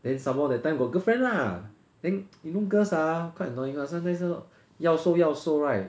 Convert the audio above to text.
then somemore that time got girlfriend lah then you know girls ah quite annoying [one] sometimes 要瘦要瘦 right